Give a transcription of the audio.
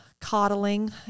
coddling